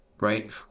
Right